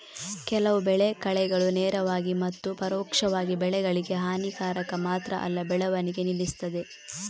ಕೆಲವು ಬೆಳೆ ಕಳೆಗಳು ನೇರವಾಗಿ ಮತ್ತು ಪರೋಕ್ಷವಾಗಿ ಬೆಳೆಗಳಿಗೆ ಹಾನಿಕಾರಕ ಮಾತ್ರ ಅಲ್ಲ ಬೆಳವಣಿಗೆ ನಿಲ್ಲಿಸ್ತದೆ